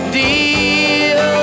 deal